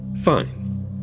Fine